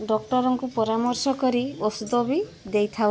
ଡକ୍ଟରଙ୍କୁ ପରାମର୍ଶ କରି ଔଷଧ ବି ଦେଇଥାଉ